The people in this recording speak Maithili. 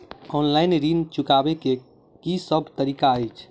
ऑनलाइन ऋण चुकाबै केँ की सब तरीका अछि?